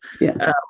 Yes